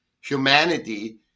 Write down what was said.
humanity